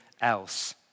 else